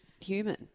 human